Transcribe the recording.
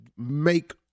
make